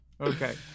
Okay